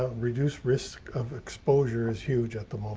ah reduced risk of exposure is huge at the